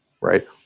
Right